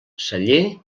celler